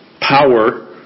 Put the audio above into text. power